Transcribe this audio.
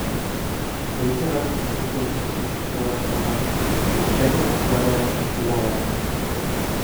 kaip ir aš kukliai nusišypsojo šona pliaukšėdama uodega į uolas